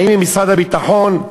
האם ממשרד הביטחון,